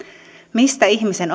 mistä ihmisen